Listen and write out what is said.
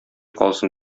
калсын